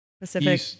Pacific